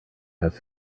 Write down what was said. have